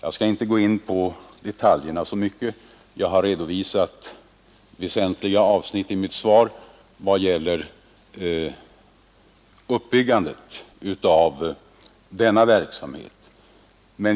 Jag skall inte gå in så mycket på detaljerna; jag har redovisat väsentliga avsnitt i mitt svar i vad gäller uppbyggandet av denna verksamhet.